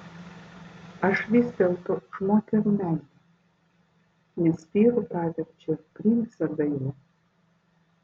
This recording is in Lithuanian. aš vis dėlto už moterų meilę nes vyru paverčiau princą dailų